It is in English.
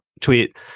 tweet